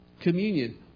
communion